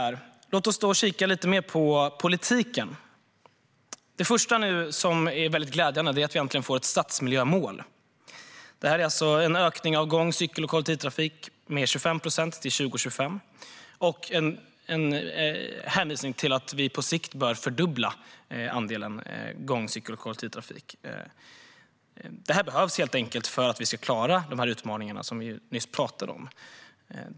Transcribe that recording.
Låt oss då kika lite mer på politiken! Det första som är väldigt glädjande är att vi äntligen får ett stadsmiljömål. Det innebär en ökning av gång, cykel och kollektivtrafiken med 25 procent till 2025. Det görs också en hänvisning till att vi på sikt bör fördubbla andelen gång, cykel och kollektivtrafik. Det här behövs helt enkelt för att vi ska klara de utmaningar som vi nyss pratade om.